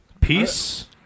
Peace